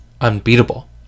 unbeatable